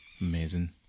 Amazing